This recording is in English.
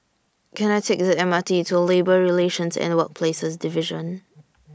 Can I Take The M R T to Labour Relations and Workplaces Division